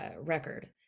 record